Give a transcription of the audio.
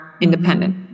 independent